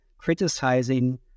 criticizing